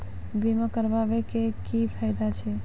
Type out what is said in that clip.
बीमा कराबै के की फायदा छै?